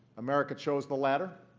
america chose the latter,